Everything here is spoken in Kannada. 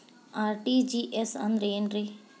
ಆರ್.ಟಿ.ಜಿ.ಎಸ್ ಅಂದ್ರ ಏನ್ರಿ?